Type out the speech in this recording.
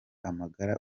amagara